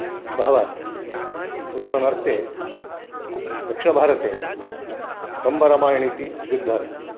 बहवः अस्ति उदाहरणार्थं दक्षिणभारते कम्बरामायणम् इति प्रसिद्धः अस्ति